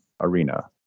arena